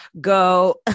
go